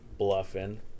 Bluffin